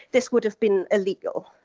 this would have been illegal.